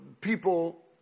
people